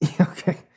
Okay